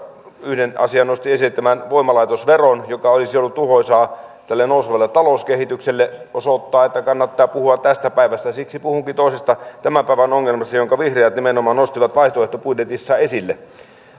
yhden asian nosti esille voimalaitosveron joka olisi ollut tuhoisaa tälle nousevalle talouskehitykselle se osoittaa että kannattaa puhua tästä päivästä siksi puhunkin toisesta tämän päivän ongelmasta jonka vihreät nimenomaan nostivat vaihtoehtobudjetissaan esille